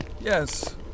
Yes